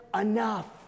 enough